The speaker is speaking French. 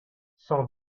sans